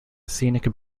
scenic